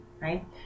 Right